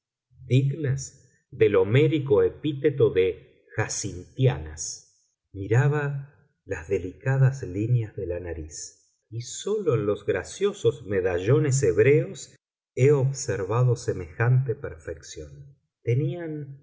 rizadas dignas del homérico epíteto de jacintianas miraba las delicadas líneas de la nariz y sólo en los graciosos medallones hebreos he observado semejante perfección tenían